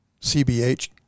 CBH